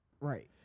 Right